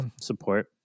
support